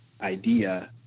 idea